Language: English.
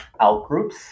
outgroups